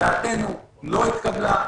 דעתנו לא התקבלה.